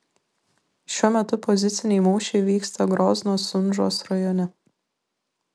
šiuo metu poziciniai mūšiai vyksta grozno sunžos rajone